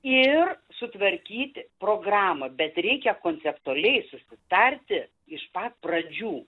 ir sutvarkyti programą bet reikia konceptualiai susitarti iš pat pradžių